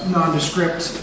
Nondescript